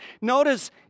Notice